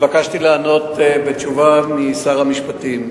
התבקשתי לענות בשם שר המשפטים.